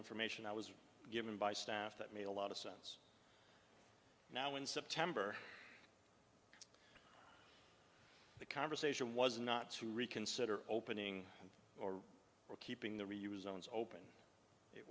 information i was given by staff that made a lot of sense now in september the conversation was not to reconsider opening or keeping the reuse zones open